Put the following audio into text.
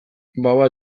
baba